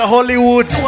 Hollywood